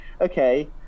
okay